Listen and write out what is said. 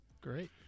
Great